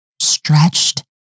stretched